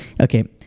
Okay